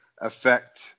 affect